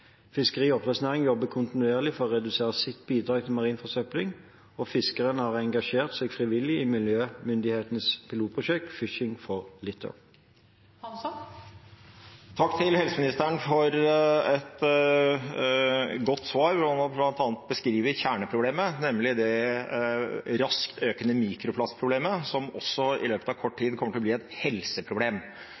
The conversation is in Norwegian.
Fiskeri- og oppdrettsnæringen jobber kontinuerlig for å redusere sitt bidrag til marin forsøpling. Fiskere har engasjert seg frivillig i miljømyndighetenes pilotprosjekt, Fishing for Litter. Takk til helseministeren for et godt svar, hvor han bl.a. beskriver kjerneproblemet, nemlig det raskt økende mikroplastproblemet som også i løpet av kort tid kommer til å bli et helseproblem.